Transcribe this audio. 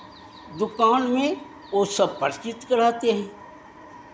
दुकान में वो सब परिचित रहते हैं